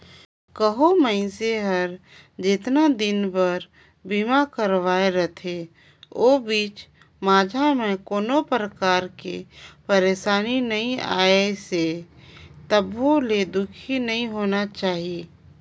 कहो मइनसे हर जेतना दिन बर बीमा करवाये रथे ओ बीच माझा मे कोनो परकार के परसानी नइ आइसे तभो ले दुखी नइ होना चाही